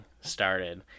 started